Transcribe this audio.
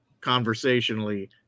conversationally